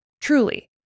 Truly